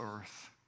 earth